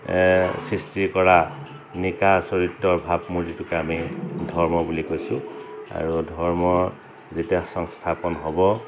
সৃষ্টি কৰা নিকা চৰিত্ৰৰ ভাৱ মোৰ যিটোকে আমি ধৰ্ম বুলি কৈছোঁ আৰু ধৰ্ম যেতিয়া সংস্থাপন হ'ব